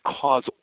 cause